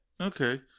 Okay